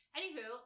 Anywho